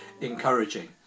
encouraging